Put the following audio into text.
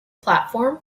platform